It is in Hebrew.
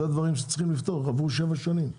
אלה דברים שצריכים לפתור, עברו שבע שנים.